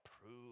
prove